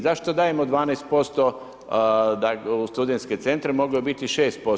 Zašto dajemo 12% u studentske centre, moglo je biti 6%